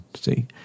see